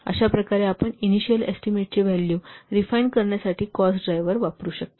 अशा प्रकारे आपण इनिशिअल एस्टीमेटचे व्हॅल्यू रिफाइन करण्यासाठी कॉस्ट ड्राइव्हर्स वापरू शकता